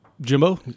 Jimbo